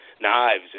knives